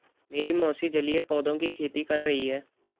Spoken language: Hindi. मेरी मौसी जलीय पौधों की खेती कर रही हैं